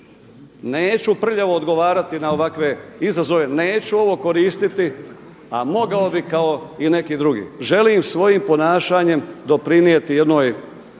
neću prljavo odgovarati na ovakve izazove, neću ovo koristiti, a mogao bi kao i neki drugi. Želim svojim ponašanjem doprinijeti jednoj